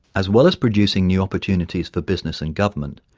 as well as producing new opportunities for business and government,